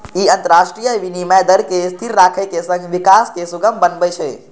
ई अंतरराष्ट्रीय विनिमय दर कें स्थिर राखै के संग विकास कें सुगम बनबै छै